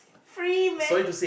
free man